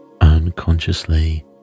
unconsciously